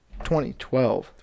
2012